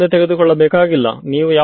ಆ ಇಂಟಿಗ್ರಲ್ ಯಾವುದು